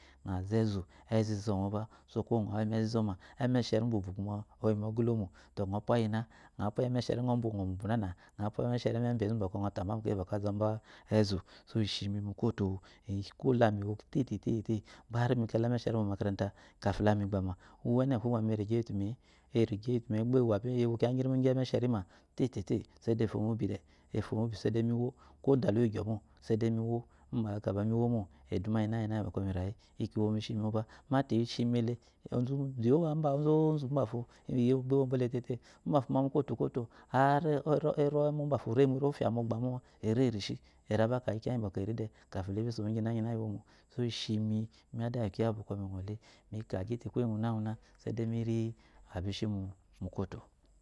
Øazɔ ezu ezu izɔ moba sɔkuwo nga øayi mezu izøma emesheri mbubu kuma oyi moga iloma tɔ. øɔ pya iyina øɔ pya iyi emeshi øɔ umba ayɔ mubu nana øa pya emeshiri eme umbe zu umba øataba mu keyi umba ka zɔba ezu, ishimi mukwoto ishi kwo lami wo tete gba ari mi ka lemesheri momakarata kafi lamigbama uwu enewukwogba mi erigye eyitu mi e-e erigye eyi tu mi e-e gba wo abishi kiya ngiri ngi emesheri ma tete ofumi ubu de efumi ubi sayide miwo kwo da luyi gyɔ mo demi wo inbahaka gba miwo mo, eduma iyinayi bɔkɔ mirayi egbo mi isgi boba mata isimi le ezu inyi gyi deyowa ozozu umbafo oyi ogbogbo le tete umbafo ma mukwoto kwoto ari eri ɔwe mo umbafo ere mu ofya mogba mo ere rishi akagyi kiya gyi bɔkɔ eri de tagba eso mukiya bginagina iwo mole imi adawu kiya wubɔ mi øɔle bi øɔle mi kagyi te kwa ngunaguna seyi de miri abishi mu kwoto